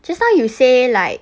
just now you say like